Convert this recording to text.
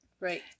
right